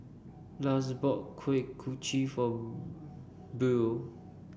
Lars bought Kuih Kochi for Buell